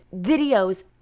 videos